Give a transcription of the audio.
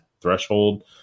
threshold